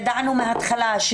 ידענו מהתחלה,